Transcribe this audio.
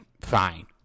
fine